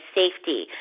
safety